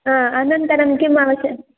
हा अनन्तरं किम् आवश्यकम्